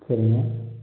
சரிங்க